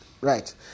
Right